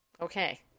Okay